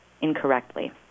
incorrectly